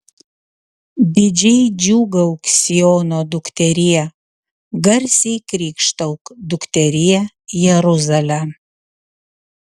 didžiai džiūgauk siono dukterie garsiai krykštauk dukterie jeruzale